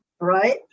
right